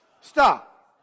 Stop